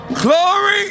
Glory